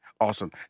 Awesome